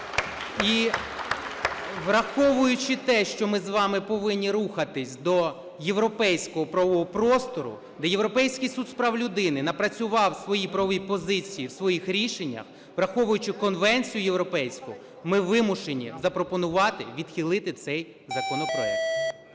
І враховуючи те, що ми з вами повинні рухатись до європейського правового простору, де Європейський суд з прав людини напрацював свої правові позиції в своїх рішеннях, враховуючи Конвенцію європейську, ми вимушені запропонувати відхилити цей законопроект.